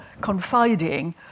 confiding